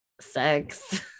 sex